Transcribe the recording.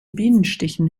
bienenstichen